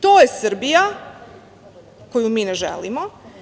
To je Srbija koju mi ne želimo.